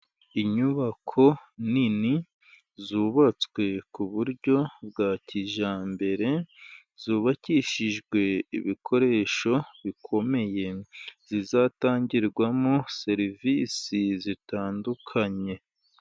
Inyubako nini zubatswe ku buryo bwa kijyambere, zubakishijwe ibikoresho bikomeye, zizatangirwamo serivisi zitandukanye.